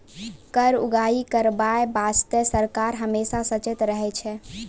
कर उगाही करबाय बासतें सरकार हमेसा सचेत रहै छै